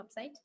website